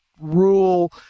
rule